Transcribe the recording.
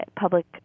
public